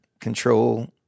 control